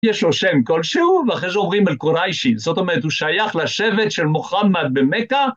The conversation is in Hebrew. יש לו שם כלשהו ואחרי זה עוברים אל קוריישי, זאת אומרת הוא שייך לשבט של מוחמד במכה